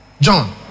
John